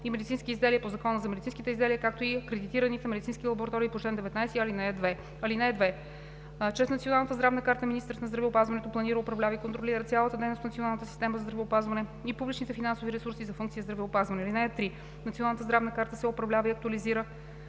и медицински изделия по Закона за медицинските изделия, както и акредитираните медицински лаборатории по чл. 19а, ал. 2. (2) Чрез Националната здравна карта министърът на здравеопазването планира, управлява и контролира цялата дейност в националната система за здравеопазване и публичните финансови ресурси за функция „Здравеопазване“. (3) Националната здравна карта се управлява и актуализира